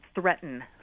threaten